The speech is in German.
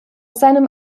seinem